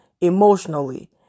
Emotionally